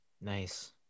Nice